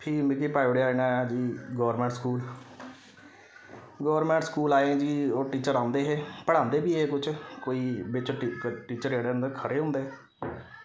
फ्ही मिगी पाई ओड़ेआ इ'नें जी गौरमेंट स्कूल गौरमेंट स्कूल आए जी ओह् टीचर औंदे हे पढ़ांदे बी हे किश कोई बिच्च टी टीचर जेह्ड़े न ते खरे होंदे